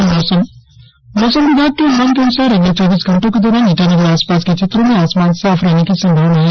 और अब मौसम मौसम विभाग के अनुमान के अनुसार अगले चौबीस घंटो के दौरान ईटानगर और आसपास के क्षेत्रो में आसमान साफ रहने की संभावना है